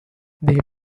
they